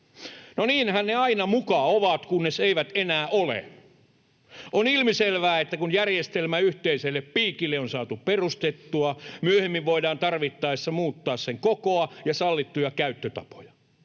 No, niinhän ne aina muka ovat, kunnes eivät enää ole. On ilmiselvää, että kun järjestelmä yhteiselle piikille on saatu perustettua, myöhemmin voidaan tarvittaessa muuttaa sen kokoa ja sallittuja käyttötapoja.